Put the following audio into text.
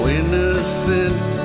innocent